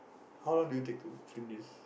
how long do you take to film this